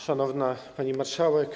Szanowna Pani Marszałek!